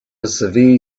severe